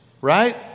right